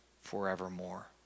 forevermore